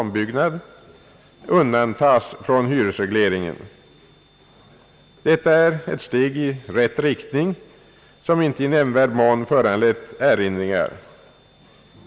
Detta är ett steg i rätt riktning som icke i nämnvärd mån föranlett erinringar.